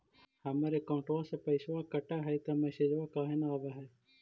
हमर अकौंटवा से पैसा कट हई त मैसेजवा काहे न आव है?